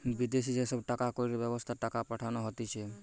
বিদেশি যে সব টাকা কড়ির ব্যবস্থা টাকা পাঠানো হতিছে